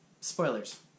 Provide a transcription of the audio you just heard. Spoilers